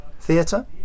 Theatre